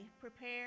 prepare